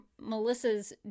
Melissa's